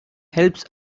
helps